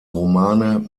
romane